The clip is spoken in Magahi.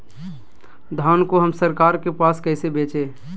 धान को हम सरकार के पास कैसे बेंचे?